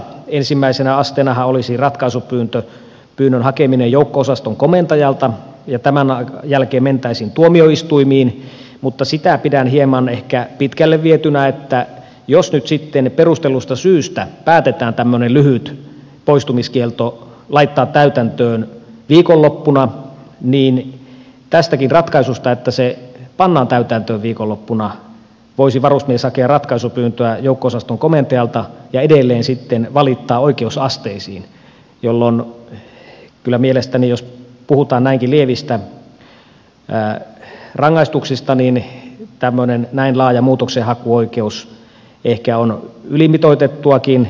ensimmäisenä asteenahan olisi ratkaisupyynnön hakeminen joukko osaston komentajalta ja tämän jälkeen mentäisiin tuomioistuimiin mutta sitä pidän hieman ehkä pitkälle vietynä että jos nyt sitten perustellusta syystä päätetään tämmöinen lyhyt poistumiskielto laittaa täytäntöön viikonloppuna niin tästäkin ratkaisusta että se pannaan täytäntöön viikonloppuna voisi varusmies hakea ratkaisupyyntöä joukko osaston komentajalta ja edelleen sitten valittaa oikeusasteisiin jolloin kyllä mielestäni jos puhutaan näinkin lievistä rangaistuksista niin tämmöinen näin laaja muutoksenhakuoikeus ehkä on ylimitoitettuakin